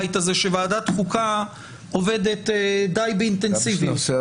שוועדת חוקה עובדת די באינטנסיביות.